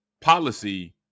policy